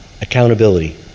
Accountability